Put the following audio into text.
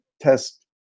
test